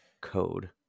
code